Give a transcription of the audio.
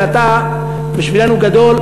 ואתה בשבילנו גדול,